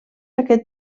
aquest